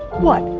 what,